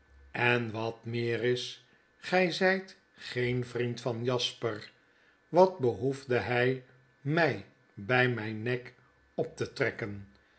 en wat meer is p zyt geen vriend van jasper wat behoefde hy my by myn nek op te trekken